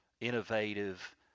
innovative